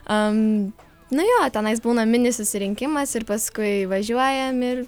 am nu jo tenais būna mini susirinkimas ir paskui važiuojam ir